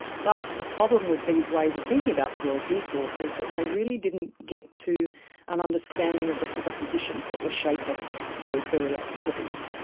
but the problem with these ways of thinking about the world, he thought, was that they really didn't get to an understanding of the presuppositions that were shaping those very activities.